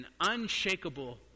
unshakable